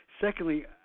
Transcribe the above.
Secondly